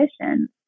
conditions